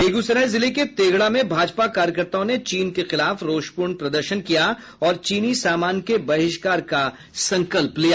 बेगूसराय जिले के तेघड़ा में भाजपा कार्यकर्ताओं ने चीन के खिलाफ रोषपूर्ण प्रदर्शन किया और चीनी सामान के बहिष्कार का संकल्प लिया